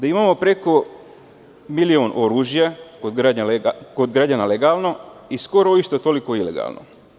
Imamo preko milion oružja kod građana legalno i skoro isto toliko ilegalno.